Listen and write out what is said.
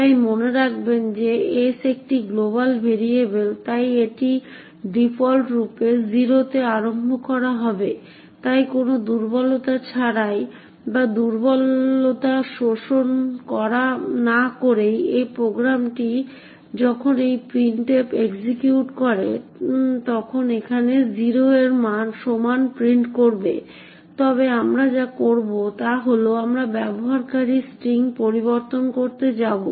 তাই মনে রাখবেন যে s একটি গ্লোবাল ভেরিয়েবল তাই এটি ডিফল্টরূপে 0 তে আরম্ভ করা হবে তাই কোনো দুর্বলতা ছাড়াই বা দুর্বলতা শোষণ না করে এই প্রোগ্রামটি যখন এই printf এক্সিকিউট করে তখন এখানে 0 এর সমান প্রিন্ট করবে তবে আমরা যা করব তা হল আমরা ব্যবহারকারী স্ট্রিং পরিবর্তন করতে যাবো